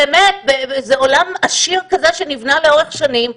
באמת, זה עולם עשיר כזה שנבנה לאורך שנים,